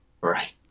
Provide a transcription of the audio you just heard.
Right